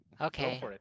Okay